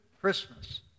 Christmas